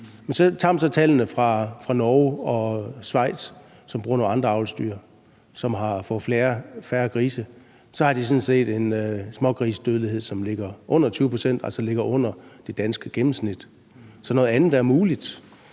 man tallene fra Norge og Schweiz, som bruger nogle andre avlsdyr, som får færre grise, så har de sådan set en smågrisedødelighed, som ligger under 20 pct., altså under det danske gennemsnit. Så noget andet er muligt.